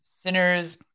Sinners